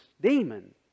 demon